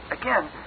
Again